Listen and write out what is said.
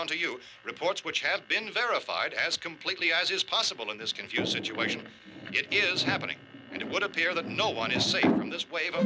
on to you reports which have been verified as completely as is possible in this confused situation is happening and it would appear that no one is safe from this wa